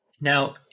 Now